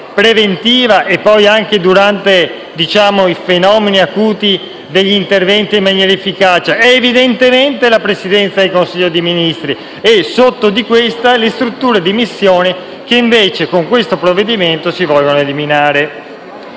preventiva ed efficace anche durante i fenomeni acuti degli interventi? È, in maniera evidente, la Presidenza del Consiglio di ministri e, sotto di questa, le strutture di missione, che invece con questo provvedimento si vogliono eliminare.